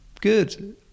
good